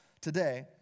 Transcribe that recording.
today